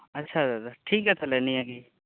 ᱚᱻ ᱟᱪ ᱪᱷᱟ ᱫᱟᱫᱟ ᱴᱷᱤᱠ ᱜᱮᱭᱟ ᱱᱤᱭᱟᱹᱜᱮ